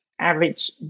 average